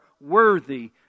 worthy